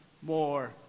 more